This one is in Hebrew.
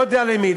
לא יודע למי,